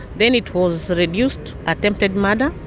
then it was reduced, attempted murder,